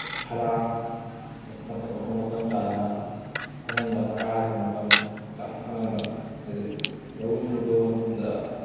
ꯍꯥꯔ ꯃꯐꯝ ꯃꯇꯝ ꯆꯥꯅ ꯐꯪꯍꯟꯕ ꯍꯥꯔ ꯍꯥꯏꯁꯦ ꯃꯇꯝ ꯆꯥꯅ ꯐꯪꯍꯟꯕ ꯍꯥꯏꯕꯗꯤ ꯂꯧꯎ ꯁꯤꯡꯎ ꯇꯧꯕ ꯃꯇꯝꯗ